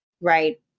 Right